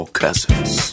Cousins